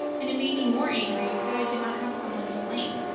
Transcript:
and it made me more angry that i did not have someone to blame.